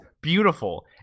beautiful